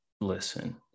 listen